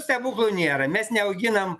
stebuklų nėra mes neauginam